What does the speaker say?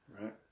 right